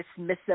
dismissive